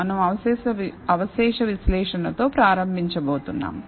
మనం అవశేష విశ్లేషణతో ప్రారంభించబోతున్నాము